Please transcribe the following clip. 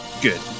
Good